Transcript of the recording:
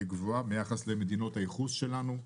גבוהה ביחס למדינות הייחוס שלנו.